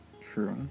True